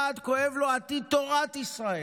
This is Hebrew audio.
אחד כואב לו עתיד תורת ישראל,